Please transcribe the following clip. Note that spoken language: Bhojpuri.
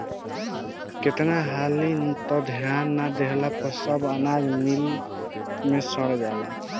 केतना हाली त ध्यान ना देहला पर सब अनाज मिल मे सड़ जाला